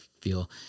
feel